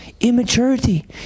Immaturity